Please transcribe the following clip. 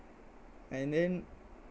and then